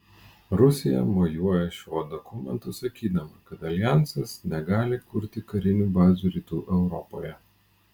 rusija mojuoja šiuo dokumentu sakydama kad aljansas negali kurti karinių bazių rytų europoje